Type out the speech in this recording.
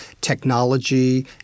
technology